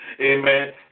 Amen